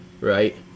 right